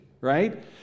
right